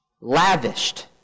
Lavished